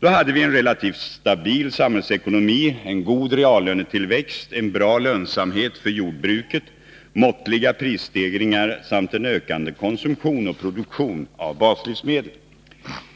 Då hade vi en relativt stabil samhällsekonomi, en god reallönetillväxt, en bra lönsamhet för jordbruket, måttliga prisstegringar samt en ökande konsumtion och produktion av baslivsmedel.